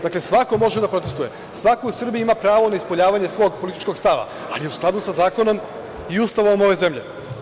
Dakle, svako može da protestvuje, svako u Srbiji ima pravo na ispoljavanje svog političkog stava, ali u skladu sa zakonom i Ustavom ove zemlje.